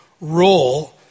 role